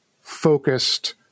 focused